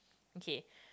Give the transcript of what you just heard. okay